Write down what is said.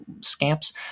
scamps